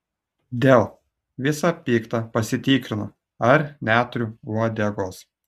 dėl visa pikta pasitikrinu ar neturiu uodegos